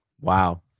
Wow